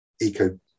eco